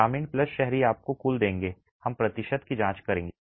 ग्रामीण प्लस शहरी आपको कुल देंगे हम प्रतिशत की जांच करेंगे